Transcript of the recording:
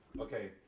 Okay